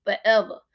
forever